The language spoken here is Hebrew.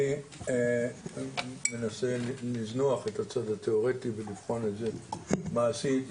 אני מנסה לזנוח את הצד התיאורטי ולבחון את זה מעשית.